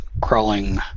crawling